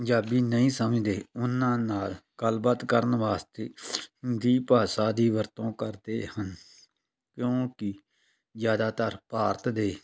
ਪੰਜਾਬੀ ਨਹੀਂ ਸਮਝਦੇ ਉਹਨਾਂ ਨਾਲ ਗੱਲਬਾਤ ਕਰਨ ਵਾਸਤੇ ਹਿੰਦੀ ਭਾਸ਼ਾ ਦੀ ਵਰਤੋਂ ਕਰਦੇ ਹਨ ਕਿਉਂਕਿ ਜ਼ਿਆਦਾਤਰ ਭਾਰਤ ਦੇ